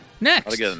Next